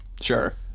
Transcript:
sure